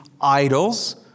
idols